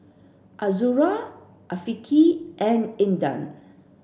Azura Afiqah and Indah